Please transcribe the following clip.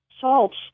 salts